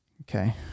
Okay